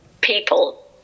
people